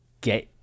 get